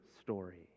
story